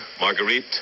Marguerite